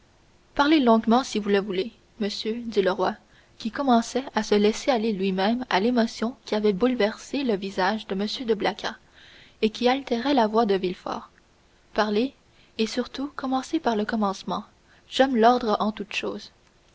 parlez longuement si vous le voulez monsieur dit le roi qui commençait à se laisser aller lui-même à l'émotion qui avait bouleversé le visage de m de blacas et qui altérait la voix de villefort parlez et surtout commencez par le commencement j'aime l'ordre en toutes choses